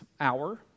hour